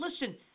listen